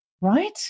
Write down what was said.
right